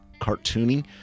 cartoony